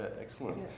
excellent